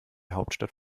hauptstadt